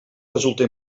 resulta